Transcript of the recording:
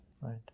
Right